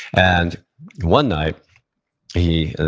and one night he,